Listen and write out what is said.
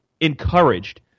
encouraged